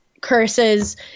curses